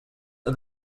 are